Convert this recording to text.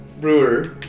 brewer